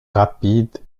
rapide